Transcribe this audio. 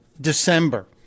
December